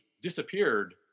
disappeared